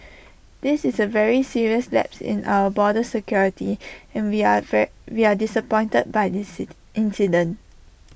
this is A very serious lapse in our border security and we are we are disappointed by this city incident